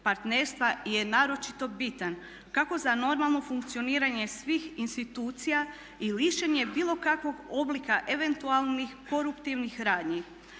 partnerstva je naročito bitan kako za normalno funkcioniranje svih institucija i lišenje bilo kakvog oblika eventualnih koruptivnih radnji.